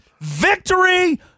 Victory